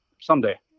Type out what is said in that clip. someday